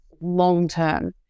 long-term